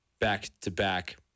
back-to-back